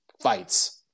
fights